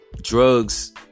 drugs